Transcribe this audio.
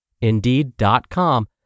Indeed.com